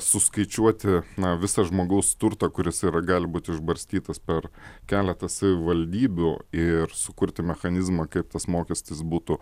suskaičiuoti visą žmogaus turtą kuris ir gali būti išbarstytas per keletą savivaldybių ir sukurti mechanizmą kaip tas mokestis būtų